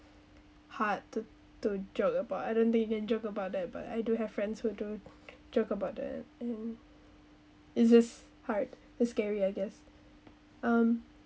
hard to to joke about I don't think you can joke about that but I do have friends who do joke about that and it's just hard it's scary I guess um